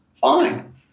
fine